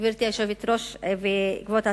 גברתי היושבת-ראש, כבוד השר,